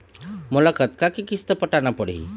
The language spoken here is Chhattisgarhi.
मोला कतका के किस्त पटाना पड़ही?